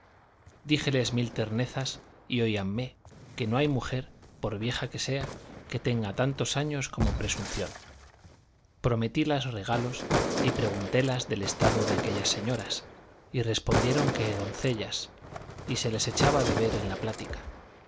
menos díjeles mil ternezas y oíanme que no hay mujer por vieja que sea que tenga tantos años como presunción prometílas regalos y preguntélas del estado de aquellas señoras y respondieron que doncellas y se les echaba de ver en la plática